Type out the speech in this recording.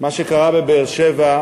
מה שקרה בבאר-שבע,